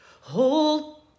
hold